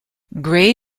grey